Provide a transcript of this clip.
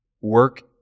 work